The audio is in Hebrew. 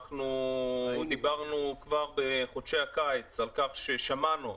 דיברנו כבר בחודשי הקיץ ושמענו,